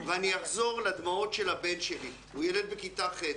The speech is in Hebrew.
ואני אחזור לדמעות של הבן שלי, הוא ילד בכיתה ח'.